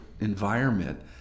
environment